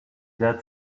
dead